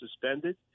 suspended